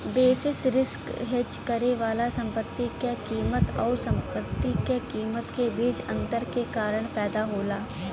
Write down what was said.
basis risk hedge करे वाला संपत्ति क कीमत आउर संपत्ति क कीमत के बीच अंतर के कारण पैदा होला